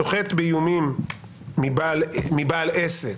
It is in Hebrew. סוחט באיומים מבעל עסק,